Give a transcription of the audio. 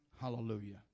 Hallelujah